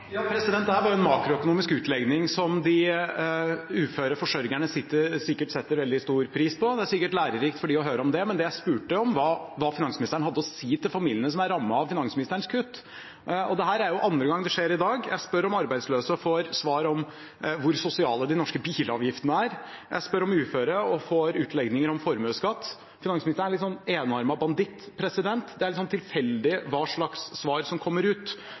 Det er bare en makroøkonomisk utlegning som de uføre forsørgerne sikkert setter veldig stor pris på, det er sikkert lærerikt for dem å høre om det. Men det jeg spurte om, var hva finansministeren hadde å si til familiene som er rammet av finansministerens kutt. Det er andre gang dette skjer i dag: Jeg spør om arbeidsløse, og får som svar hvor sosiale de norske bilavgiftene er. Jeg spør om uføre og får utlegninger om formuesskatt. Finansministeren er litt sånn enarmet banditt, det er litt tilfeldig hva slags svar som kommer ut.